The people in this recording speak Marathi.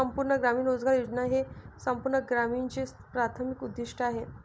संपूर्ण ग्रामीण रोजगार योजना हे संपूर्ण ग्रामीणचे प्राथमिक उद्दीष्ट आहे